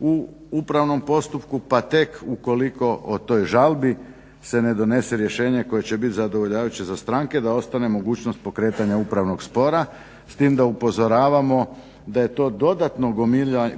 u upravnom postupku, pa tek ukoliko o toj žalbi se ne donese rješenje koje će bit zadovoljavajuće za stranke da ostane mogućnost pokretanja upravnog spora s tim da upozoravamo da je to dodatno